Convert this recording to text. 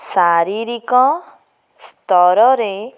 ଶାରୀରିକ ସ୍ତରରେ